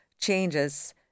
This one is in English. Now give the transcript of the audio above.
changes